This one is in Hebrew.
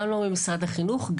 גם לא ממשרד החינוך,